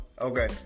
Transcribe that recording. Okay